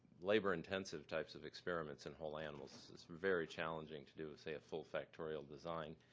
labor-intensive types of experiments in whole animals. it's very challenging to do, say, a full factorial design.